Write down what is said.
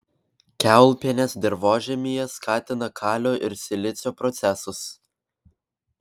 kiaulpienės dirvožemyje skatina kalio ir silicio procesus